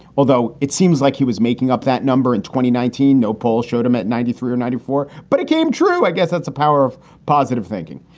although it seems like he was making up that number in twenty nineteen. no polls showed him at ninety three or ninety four, but it came true. i guess that's a power of positive thinking.